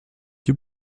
you